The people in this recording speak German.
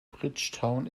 bridgetown